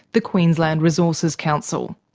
the queensland resources council.